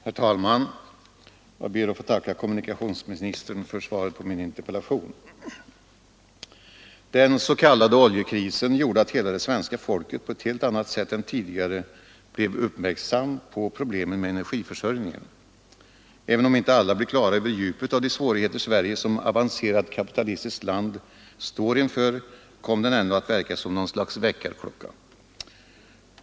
Herr talman! Jag ber att få tacka kommunikationsministern för svaret på min interpellation. Den s.k. oljekrisen gjorde att hela det svenska folket på ett helt annat sätt än tidigare blev uppmärksamt på problemen med energiförsörjningen Även om inte alla blev på det klara med djupet av de svårigheter som Sverige såsom avancerat kapitalistiskt land står inför, kom krisen ändå att verka som något slags väckarklocka.